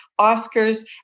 Oscars